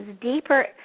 deeper